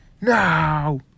now